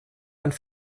einen